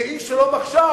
כאיש "שלום עכשיו"